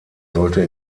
sollte